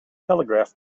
telegraph